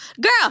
girl